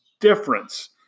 difference